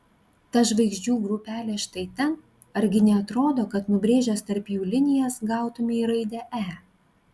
ta žvaigždžių grupelė štai ten argi neatrodo kad nubrėžęs tarp jų linijas gautumei raidę e